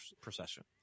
procession